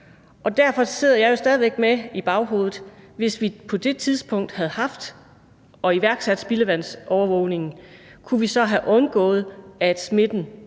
og derfor sidder jeg jo stadig væk med i baghovedet, om vi, hvis vi på det tidspunkt havde haft og iværksat spildevandsovervågning, så kunne have undgået, at smitten